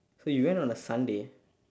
so you went on a sunday